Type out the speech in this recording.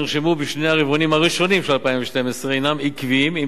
שנרשמו בשני הרבעונים הראשונים של 2012 הינם עקביים עם